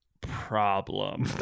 problem